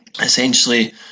essentially